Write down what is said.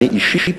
אני אישית